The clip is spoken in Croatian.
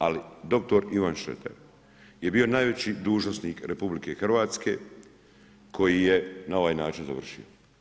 Ali dr. Ivan Šreter, je bio najveći dužnosnik Republike Hrvatske koji je na ovaj način završio.